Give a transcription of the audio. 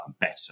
better